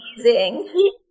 amazing